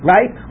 Right